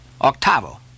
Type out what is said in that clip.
octavo